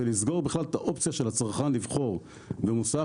ולסגור בכלל את האופציה של הצרכן לבחור במוסך.